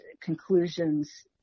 conclusions